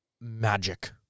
magic